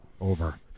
over